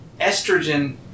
estrogen